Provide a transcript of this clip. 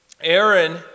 Aaron